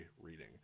reading